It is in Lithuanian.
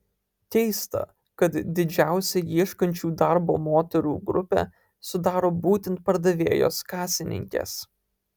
keista kad didžiausią ieškančių darbo moterų grupę sudaro būtent pardavėjos kasininkės